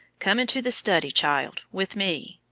come into the study, child, with me.